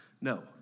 No